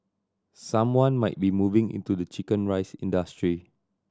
someone might be moving into the chicken rice industry